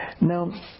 Now